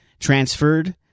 transferred